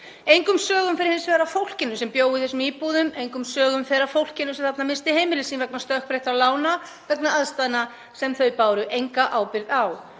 Engum sögum fer hins vegar af fólkinu sem bjó í þessum íbúðum, engum sögum fer af fólkinu sem þarna missti heimili sín vegna stökkbreyttra lána, vegna aðstæðna sem það bar enga ábyrgð á.